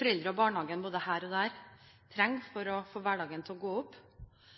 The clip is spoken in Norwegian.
foreldrene og barnehagen både her og der trenger for å få hverdagen til å gå opp.